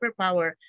superpower